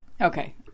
okay